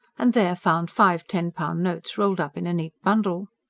and there found five ten-pound notes rolled up in a neat bundle.